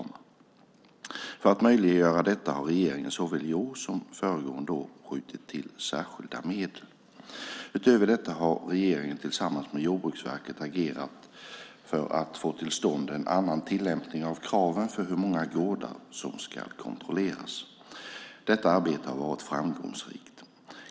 För att möjliggöra detta har regeringen såväl i år som föregående år skjutit till särskilda medel. Utöver detta har regeringen tillsammans med Jordbruksverket agerat för att få till stånd en annan tillämpning av kraven för hur många gårdar som ska kontrolleras. Detta arbete har varit framgångsrikt.